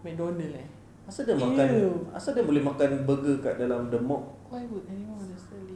apasal dia makan apasal dia boleh burger dekat dalam the mob